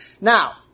Now